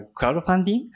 crowdfunding